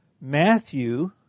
Matthew